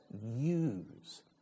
use